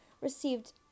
received